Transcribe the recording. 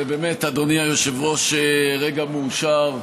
זה באמת, אדוני היושב-ראש, רגע מאושר,